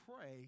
pray